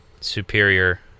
superior